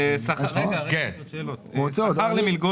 אתה מגיע ומהרגע הראשון מתחיל להתאקלם.